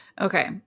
Okay